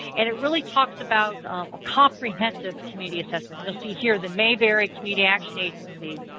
and it really talks about a comprehensive community assessment. we'll see here the mayberry community action agency.